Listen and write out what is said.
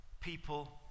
people